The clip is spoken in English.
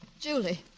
Julie